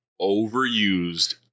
overused